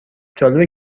جالبه